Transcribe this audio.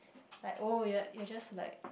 like oh you're you are just like